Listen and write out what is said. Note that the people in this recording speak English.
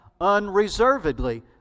unreservedly